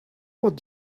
what